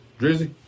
Drizzy